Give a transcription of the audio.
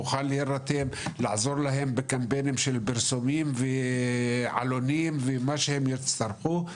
לעזור להם בקמפיין של פרסומים ועלונים ומה שהם יצטרכו,